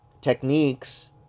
techniques